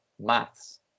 maths